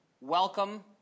welcome